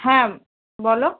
হ্যাঁ বলো